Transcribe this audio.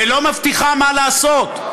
ולא מבטיחה מה לעשות,